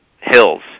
hills